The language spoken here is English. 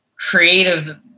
creative